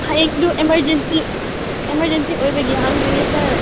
ꯍꯌꯦꯡꯗꯨ emergency emergency ꯑꯣꯏꯕꯒꯤ ꯍꯪꯕꯅꯤ ꯁꯔ